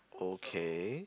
okay